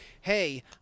Hey